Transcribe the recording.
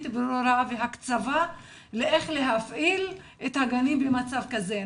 ברורה והקצבה ולא יודעים איך להפעיל את הגנים במצב כזה.